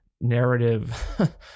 narrative